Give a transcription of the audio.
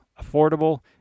affordable